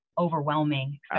overwhelming